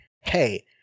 Hey